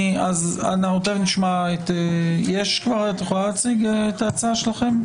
את יכולה להציג את ההצעה שלכם?